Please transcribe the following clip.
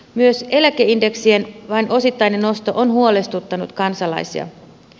myös eläkeindeksien vain osittainen nosto on huolestuttanut kansalaisia